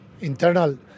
Internal